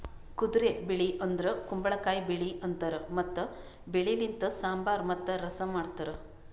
ಕುದುರೆ ಬೆಳಿ ಅಂದುರ್ ಕುಂಬಳಕಾಯಿ ಬೆಳಿ ಅಂತಾರ್ ಮತ್ತ ಬೆಳಿ ಲಿಂತ್ ಸಾಂಬಾರ್ ಮತ್ತ ರಸಂ ಮಾಡ್ತಾರ್